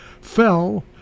fell